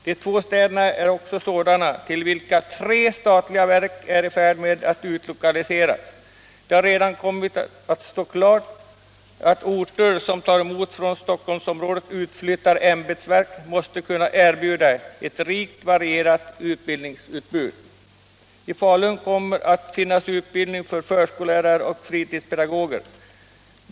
De två kommunerna är också sådana till vilka vissa av de statliga verken är i färd med att utlokaliseras. Det har redan nu kommit att stå klart att orter som tar emot från Stockholmsområdet utflyttade ämbetsverk måste kunna erbjuda ett rikt varierat utbildningsutbud. I Falun kommer det att finnas utbildning av förskollärare och av fritidspedagoger.